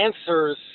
answers